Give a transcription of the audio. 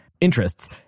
interests